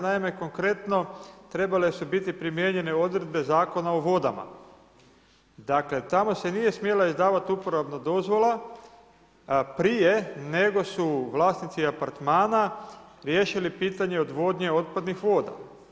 Naime, konkretno trebale su biti primijenjene odredbe Zakona o vodama, dakle tamo se nije smjela izdavati uporabna dozvola prije nego su vlasnici apartmana riješili pitanje odvodnje otpadnih voda.